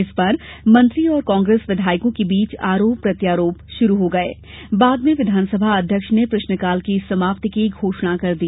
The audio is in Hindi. इस पर मंत्री और कांग्रेस विधायकों के बीच आरोप प्रत्यारोप शुरू हो गये बाद में विधानसभा अध्यक्ष ने प्रश्नकाल की समाप्ति की घोषणा कर दी